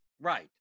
Right